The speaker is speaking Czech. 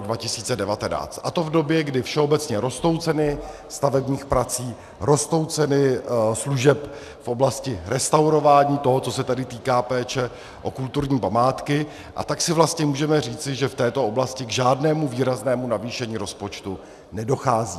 A to v době, kdy všeobecně rostou ceny stavebních prací, rostou ceny služeb v oblasti restaurování, toho, co se tedy týká péče o kulturní památky, a tak si vlastně můžeme říci, že v této oblasti k žádnému výraznému navýšení rozpočtu nedochází.